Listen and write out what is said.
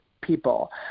people